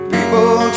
People